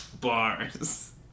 Bars